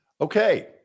Okay